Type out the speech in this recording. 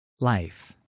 Life